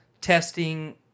testing